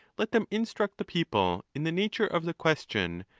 let them instruct the people in. the nature of the question,